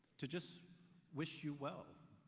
to just wish you well.